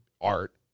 art